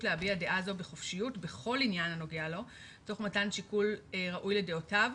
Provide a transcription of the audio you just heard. להביע דעה זו בחופשיות בכל עניין הנוגע לו תוך מתן שיקול ראוי לדעותיו,